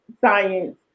science